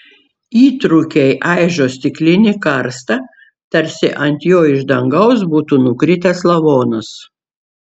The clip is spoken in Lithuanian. įtrūkiai aižo stiklinį karstą tarsi ant jo iš dangaus būtų nukritęs lavonas